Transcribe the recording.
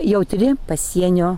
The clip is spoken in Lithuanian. jautri pasienio